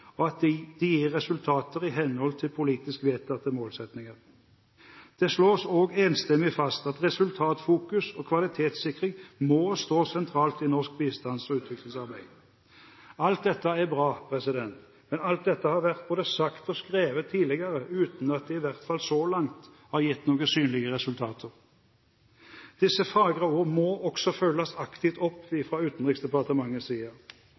og at de gir resultater i henhold til politisk vedtatte målsettinger. Det slås også enstemmig fast at resultatfokus og kvalitetssikring må stå sentralt i norsk bistands- og utviklingsarbeid. Alt dette er bra, men alt dette har vært både sagt og skrevet tidligere, uten at det i hvert fall så langt har gitt noen synlige resultater. Disse fagre ord må også følges aktivt opp fra Utenriksdepartementets side.